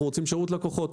אנחנו רוצים שירות לקוחות.